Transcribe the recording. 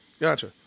Gotcha